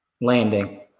landing